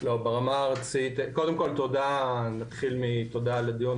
קודם כל, תודה על הדיון.